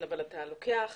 אבל אתה לוקח